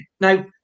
Now